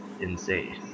insane